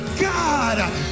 God